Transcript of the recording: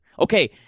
Okay